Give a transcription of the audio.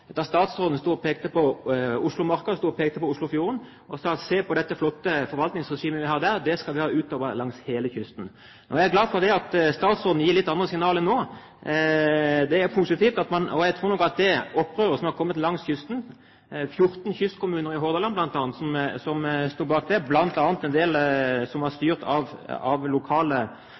da statsråden sto og pekte på Oslomarka og på Oslofjorden og sa: Se på dette flotte forvaltningsregimet vi har der, det skal vi ha langs hele kysten. Jeg er glad for at statsråden gir litt andre signaler nå. Jeg tror nok at det opprøret som har kommet langs kysten – det er 14 kystkommuner i Hordaland bl.a. som står bak det, og noen av dem er styrt av lokale